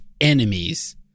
enemies